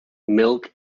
milk